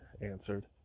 answered